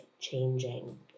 changing